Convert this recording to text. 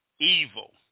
evil